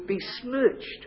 besmirched